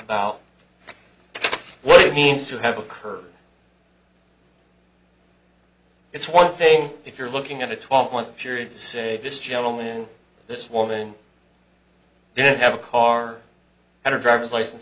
about what seems to have occurred it's one thing if you're looking at a twelve month period say this gentleman and this woman did have a car and her driver's license